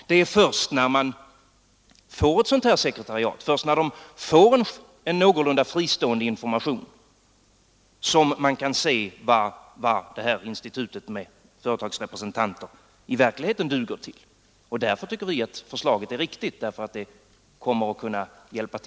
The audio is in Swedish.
Det är först när de får ett sådant sekreteriat, först när de får en någorlunda fristående information, som man kan se vad institutet med företagsrepresentanter i verkligheten duger till. Därför tycker vi att förslaget är riktigt.